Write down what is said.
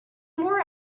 more